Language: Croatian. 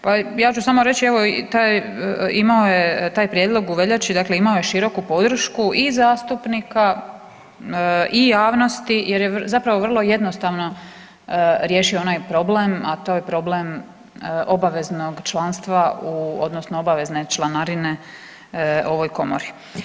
Pa ja ću samo reći evo taj, imao je, taj prijedlog u veljači dakle imao je široku podršku i zastupnika i javnosti jer je zapravo vrlo jednostavno riješio onaj problem, a to je problem obveznog članstva u odnosno obavezne članarine u ovoj komori.